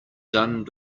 done